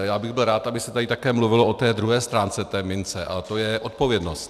Já bych byl rád, aby se tady také mluvilo o té druhé stránce mince, a to je odpovědnost.